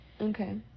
Okay